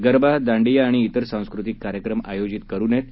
गरबा दांडिया आणि इतर सांस्कृतिक कार्यक्रम आयोजित करू नयेत